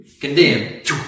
Condemned